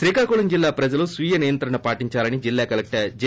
శ్రీకాకుళం జిల్లా ప్రజలు స్వీయ నియంత్రణ పాటించాలని జిల్లా కలెక్షర్ జె